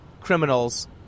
criminals